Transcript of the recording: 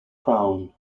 crown